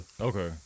Okay